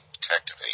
detective